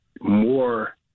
more